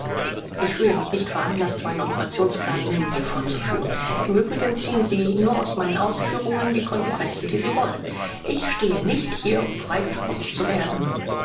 ich fühle mich nicht veranlaßt meinen operationsplan ihnen hier vorzuführen im übrigen ziehen sie nur aus meinen ausführungen die konsequenzen die sie wollen ich stehe nicht hier um freigesprochen zu werden